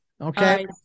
Okay